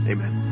Amen